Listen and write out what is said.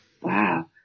Wow